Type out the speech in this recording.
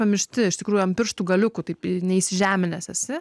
pamiršti iš tikrųjų ant pirštų galiukų taip e neįsižeminęs esi